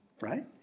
right